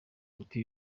umuti